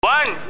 One